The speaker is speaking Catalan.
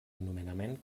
nomenament